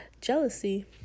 jealousy